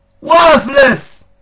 worthless